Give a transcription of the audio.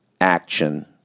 action